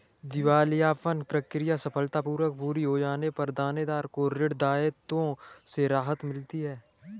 दिवालियापन प्रक्रिया सफलतापूर्वक पूरी हो जाने पर देनदार को ऋण दायित्वों से राहत मिलती है